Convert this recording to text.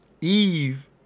Eve